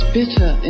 bitter